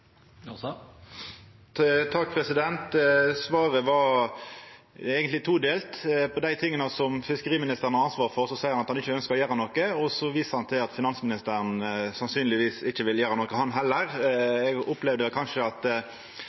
Svaret var eigentleg todelt. På dei tinga som fiskeriministeren har ansvaret for, seier han at han ikkje ønskjer å gjera noko, og så viser han til at finansministeren sannsynlegvis ikkje vil gjera noko han heller. Eg opplevde kanskje at